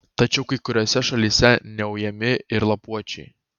tačiau kai kuriose šalyse neujami ir lapuočiai